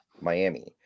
Miami